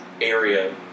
area